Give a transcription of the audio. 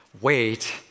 Wait